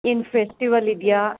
ಏನು ಫೆಸ್ಟಿವಲ್ ಇದೆಯಾ